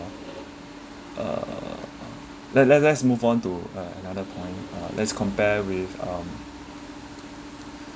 uh let let's move on to a~ another point uh let's compare with um